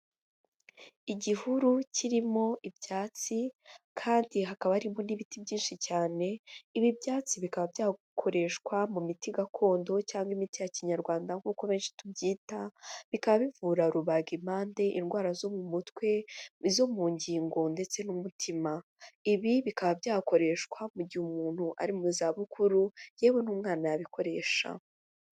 Igihuru kirimo ibyatsi kandi hakaba harimo n'ibiti byinshi cyane, ibi ibyatsi bikaba byakoreshwa mu miti gakondo cyangwa imiti ya Kinyarwanda nk'uko benshi tubyita, bikaba bivura rubagimpande, indwara zo mu mutwe, izo mu ngingo ndetse n'umutima, ibi bikaba byakoreshwa mu gihe umuntu ari mu zabukuru yewe n'umwana yabikoresha.